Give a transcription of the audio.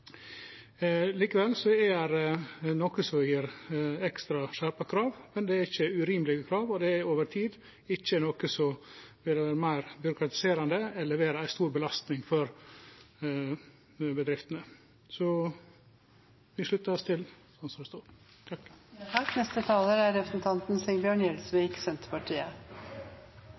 er det noko som gjev ekstra skjerpa krav, men det er ikkje urimelege krav, og det er over tid ikkje noko som vil vere meir byråkratiserande eller vere ei stor belastning for bedriftene. Vi sluttar oss til